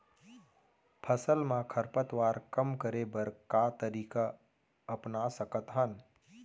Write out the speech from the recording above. फसल मा खरपतवार कम करे बर का तरीका अपना सकत हन?